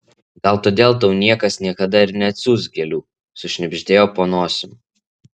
gal todėl tau niekas niekada ir neatsiųs gėlių sušnibždėjau po nosim